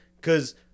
cause